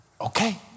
Okay